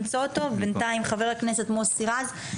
בינתיים חבר הכנסת מוסי רז.